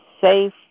safe